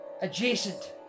adjacent